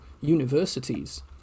universities